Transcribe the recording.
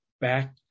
back